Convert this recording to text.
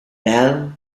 now